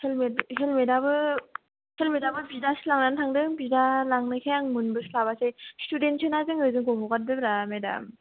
helmet आबो बिदासो लानानै थांदों बिदा लांनायखाय आं मोनबो स्लाबासै स्टुडेन्ट सोना जोङो जोंखौ हगारदोब्रा मेदाम